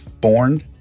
Born